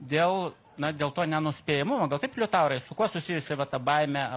dėl na dėl to nenuspėjamumo gal taip liutaurai su kuo susijusi vat ta baimė